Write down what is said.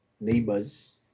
neighbors